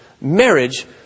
Marriage